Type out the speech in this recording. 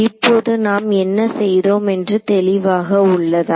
இப்போது நாம் என்ன செய்தோம் என்று தெளிவாக உள்ளதா